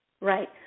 Right